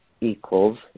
equals